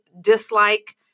dislike